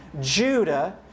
Judah